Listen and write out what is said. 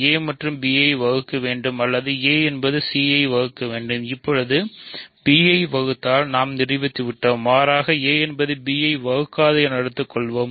a என்பது b ஐ வகுக்க வேண்டும் அல்லது a என்பது சி ஐ வகுக்க வேண்டும் இப்போதுஇது b ஐ வகுத்தால் நாம் நிரூபித்து விட்டோம் மாறாக a என்பது b ஐ வகுக்காது என எடுத்துக்கொள்வோம்